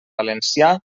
valencià